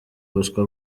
ubuswa